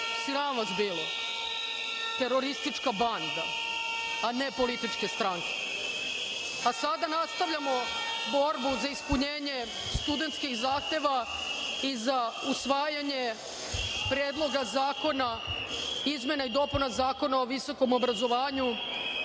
Sram vas bilo, teroristička banda, a ne političke stranke. Sada nastavljamo borbu za ispunjenje studentskih zahteva i za usvajanje Predloga zakona izmena i dopuna Zakona o visokom obrazovanju,